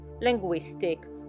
linguistic